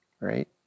right